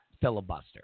filibuster